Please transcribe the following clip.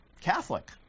Catholic